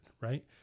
right